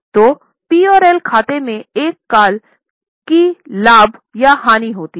तो P और L खाते में एक काल की लाभ या हानि होती है